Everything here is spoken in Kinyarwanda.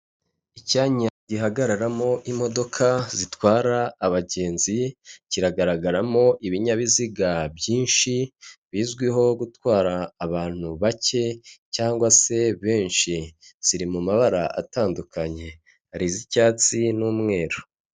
Icyanya gihagararamo imodoka zitwara abagenzi kiragaragaramo ibinyabiziga byinshi bizwiho gutwara abantu bake cg se benshi ziri mu mabara atandukanye hari iz'icyatsi n'umweru.